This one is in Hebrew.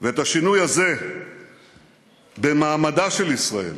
ואת השינוי הזה במעמדה של ישראל